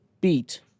beat